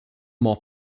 more